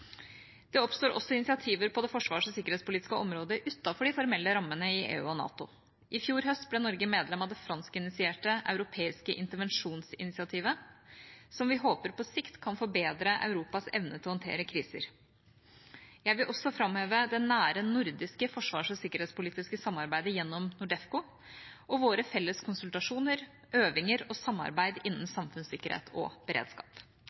Det oppstår også initiativer på det forsvars- og sikkerhetspolitiske området utenfor de formelle rammene i EU og NATO. I fjor høst ble Norge medlem av det franskinitierte europeiske intervensjonsinitiativet, som vi håper på sikt kan forbedre Europas evne til å håndtere kriser. Jeg vil også framheve det nære nordiske forsvars- og sikkerhetspolitiske samarbeidet gjennom NORDEFCO, og våre felles konsultasjoner, øvinger og samarbeid innen samfunnssikkerhet og beredskap.